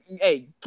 Hey